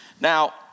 Now